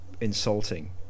insulting